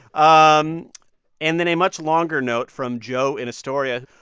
um and then a much longer note from joe in astoria.